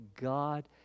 God